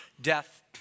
death